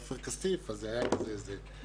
לגבי כשל השוק והדיון שהתנהל כאן על התיאטראות העצמאיים.